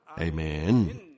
Amen